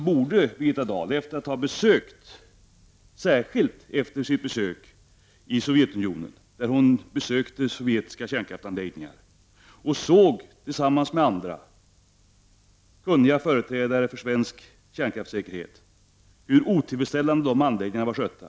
Birgitta Dahl var i Sovjetunionen, där hon besökte sovjetiska kärnkraftsanläggningar och tillsammans med andra kunniga företrädare för svensk kärnkraftssäkerhet, såg hur otillfredsställande de anläggningarna var skötta.